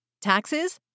taxes